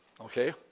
okay